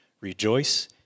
rejoice